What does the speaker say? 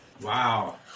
Wow